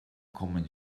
kommen